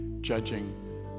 judging